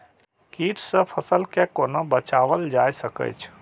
कीट से फसल के कोना बचावल जाय सकैछ?